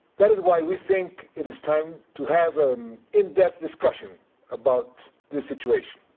that is why we think it is time to have an in-depth discussion about this situation.